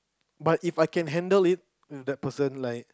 but If I can handle it that person like